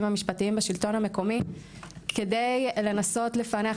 המשפטיים בשלטון המקומי כדי לנסות לפענח.